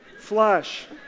Flush